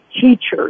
teachers